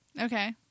Okay